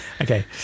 Okay